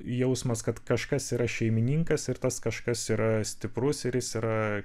jausmas kad kažkas yra šeimininkas ir tas kažkas yra stiprus ir jis yra